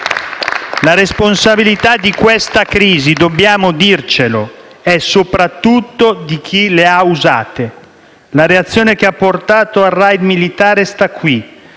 La responsabilità di questa crisi - dobbiamo dircelo - è soprattutto di chi le ha usate. La reazione che ha portato al *raid* militare sta qui,